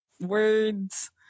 words